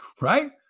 Right